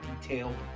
detailed